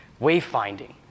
wayfinding